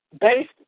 based